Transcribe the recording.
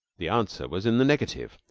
the answer was in the negative.